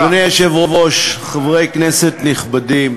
אדוני היושב-ראש, חברי כנסת נכבדים,